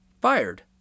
fired